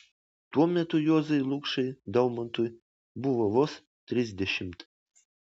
tuo metu juozui lukšai daumantui buvo vos trisdešimt